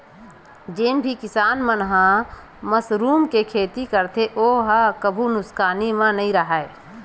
जेन भी किसान मन ह मसरूम के खेती करथे ओ ह कभू नुकसानी म नइ राहय